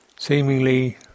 Seemingly